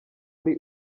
ari